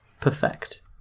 perfect